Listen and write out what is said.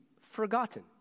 forgotten